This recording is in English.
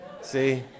See